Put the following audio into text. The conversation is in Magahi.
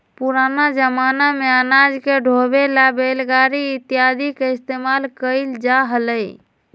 पुराना जमाना में अनाज के ढोवे ला बैलगाड़ी इत्यादि के इस्तेमाल कइल जा हलय